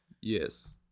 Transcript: Yes